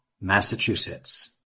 Massachusetts